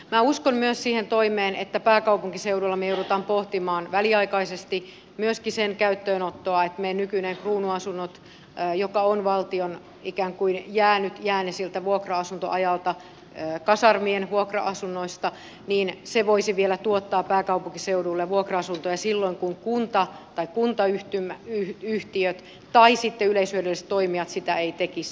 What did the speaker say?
minä uskon myös siihen toimeen että pääkaupunkiseudulla me joudumme pohtimaan väliaikaisesti myöskin sen käyttöönottoa että meidän nykyinen kruunuasunnot joka on valtion ikään kuin jäänyt jäänne siltä vuokra asuntoajalta kasarmien vuokra asunnoista voisi vielä tuottaa pääkaupunkiseudulle vuokra asuntoja silloin kun kunta tai kuntayhtiöt tai sitten yleishyödylliset toimijat sitä eivät tekisi